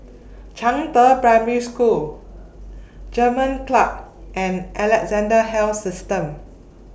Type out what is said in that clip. Zhangde Primary School German Club and Alexandra Health System